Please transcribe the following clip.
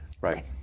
Right